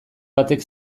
batek